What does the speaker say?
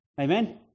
Amen